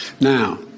Now